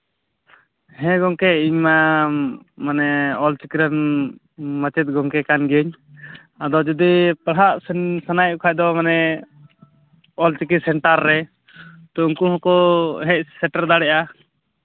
ᱦᱮᱸ ᱜᱚᱢᱠᱮ ᱤᱧ ᱢᱟ ᱢᱟᱱᱮ ᱚᱞᱪᱤᱠᱤ ᱨᱮᱱ ᱢᱟᱪᱮᱫ ᱜᱚᱢᱠᱮ ᱠᱟᱱ ᱜᱤᱭᱟᱹᱧ ᱟᱫᱚ ᱡᱩᱫᱤ ᱯᱟᱲᱦᱟᱜ ᱥᱟᱱᱟᱭᱮᱫ ᱯᱮᱠᱷᱟᱱ ᱫᱚ ᱢᱟᱱᱮ ᱚᱞᱪᱤᱠᱤ ᱥᱮᱱᱴᱟᱨ ᱨᱮ ᱛᱳ ᱩᱱᱠᱩ ᱦᱚᱸᱠᱚ ᱦᱮᱡ ᱥᱮᱴᱮᱨ ᱫᱟᱲᱮᱭᱟᱜᱼᱟ